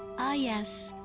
ah yes,